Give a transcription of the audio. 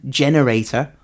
generator